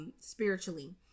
spiritually